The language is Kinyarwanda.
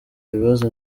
ibibazo